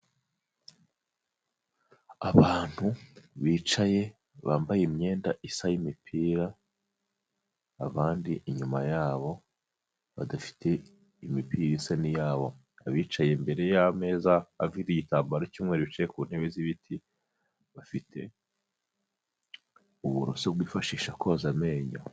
Abantu bicaye bambaye imyenda isa y'imipira, abandi inyuma yabo badafite imipira isa n'iyabo. Abicaye imbere y'ameza afite igitambaro cy'umweru bicaye ku ntebe z'ibiti, bafite uburoso bwifashisha koza amenyo.